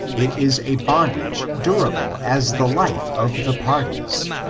it is a bondage durable as the life of the parties.